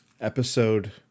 episode